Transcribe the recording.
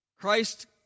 Christ